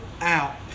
out